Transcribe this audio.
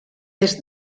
est